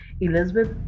Elizabeth